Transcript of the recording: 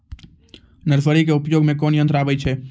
Nursery के उपयोग मे कोन यंत्र आबै छै?